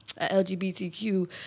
LGBTQ